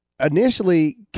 Initially